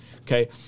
Okay